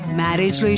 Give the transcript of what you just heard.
marriage